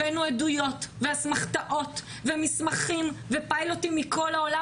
הבאנו עדויות ואסמכתאות ומסמכים ופיילוטים מכל העולם.